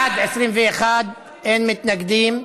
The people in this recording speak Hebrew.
בעד, 21, אין מתנגדים,